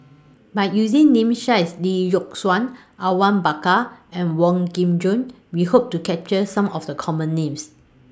By using Names such as Lee Yock Suan Awang Bakar and Wong Kin Jong We Hope to capture Some of The Common Names